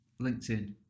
LinkedIn